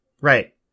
Right